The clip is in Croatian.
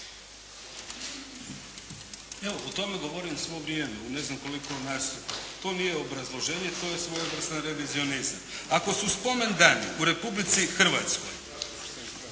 Evo o tome govorim svo vrijeme. Ne znam koliko nas, to nije obrazloženje, to je svojevrsni revizionizam. Ako su spomendani u Republici Hrvatskoj